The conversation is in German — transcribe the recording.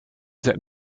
seit